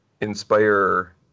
inspire